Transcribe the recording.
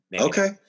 Okay